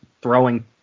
throwing